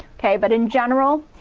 okay, but in general,